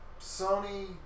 Sony